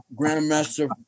Grandmaster